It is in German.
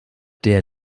der